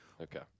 Okay